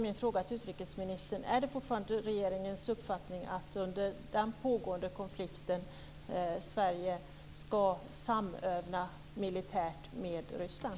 Min fråga till utrikesministern är: Är det fortfarande regeringens uppfattning att Sverige under den pågående konflikten ska samöva militärt med Ryssland?